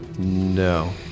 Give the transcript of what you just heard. No